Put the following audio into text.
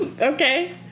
Okay